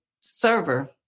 server